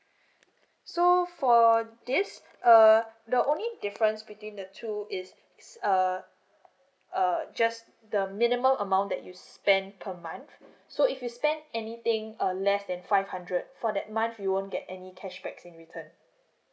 so for this err the only difference between the two is it's err err just the minimum amount that you spend per month so if you spend anything uh less than five hundred for that month you won't get any cashbacks in return